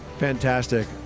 Fantastic